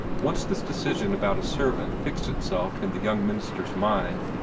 once this decision about a servant fixed itself in the young minister's mind,